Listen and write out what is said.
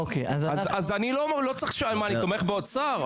אני תומך באוצר?